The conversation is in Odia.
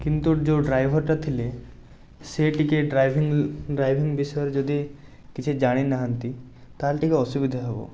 କିନ୍ତୁ ଯେଉଁ ଡ୍ରାଇଭର୍ଟା ଥିଲେ ସିଏ ଟିକିଏ ଡ୍ରାଇଭିଙ୍ଗ୍ ଡ୍ରାଇଭିଙ୍ଗ୍ ବିଷୟରେ ଯଦି କିଛି ଜାଣିନାହାନ୍ତି ତାହେଲେ ଟିକିଏ ଅସୁବିଧା ହେବ